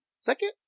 second